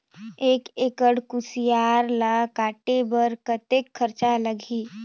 एक एकड़ कुसियार ल काटे बर कतेक खरचा लगही?